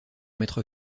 mettre